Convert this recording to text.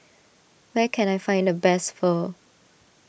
where can I find the best Pho